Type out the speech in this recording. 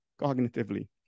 cognitively